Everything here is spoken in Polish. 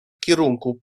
kierunku